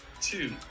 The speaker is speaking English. two